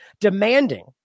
demanding